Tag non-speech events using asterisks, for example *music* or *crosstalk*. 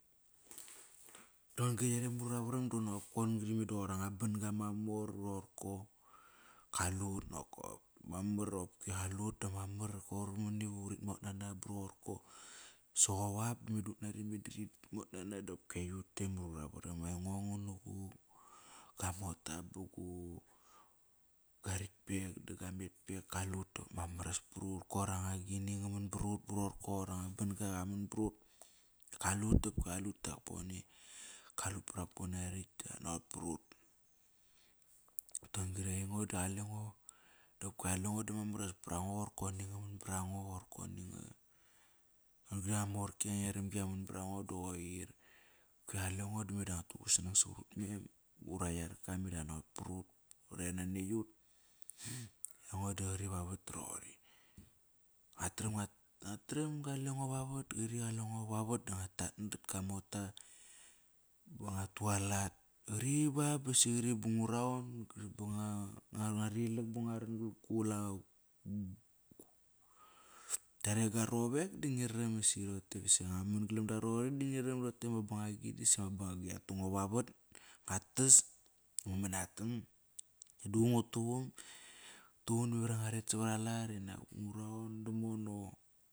Dorgri yare muravaram meda qoir anga ban-ga mamor ba rorko. Kalut nokop mamar apki qaliut da mamar qor mani va urit mot nana ba rorko. Soqop ap da me dut nari medi rit mot nana dopki aiyut te ma ruravaram. Aingo ngana gua mota ba gua rakt pek da gua matpek kalut dama maras parut. Koir agini nga man brut ba rorko. Uranga ban-ga qaman brut. Kalut dap kalut Takpone. Kalut pat Takpone a ratk. Kanaqot parut. Toqon-gri, aingo da qalengo, dap kalengo da mamar iva rat prango rorko *unintelligible* qoir koni nga man brango. Qoir koni nga, rorkri ama marki ama eram-gi yaman barango da qoir. Ki qalengo da meda ngua tugusnang savat ut mem. Ura yarka me da qat naqot parut. Karer nane yut. *noise* Aingo da qari vavat da roqori. Nguat tram. *unintelligible* Nguat tram galengo vavar doqari qalengo vavat da ngua tat na gua mota. Va ngua tualat. Qari ba basi qari ba ngu raon, qari ba ngua rilak ba ngua ran *unintelligible* ktia re gua rovek da ngi raram isi roqote dasi ngua man galam da roqori da ngi raram doqote ama bangagi dasi ama bangagi yatu ngo vavat, nguat tas, ngu manatam. Duququ ngu tuqum, ngu tuqun memar iva ngua ret savaralat inak ngu raon da mono.